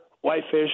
whitefish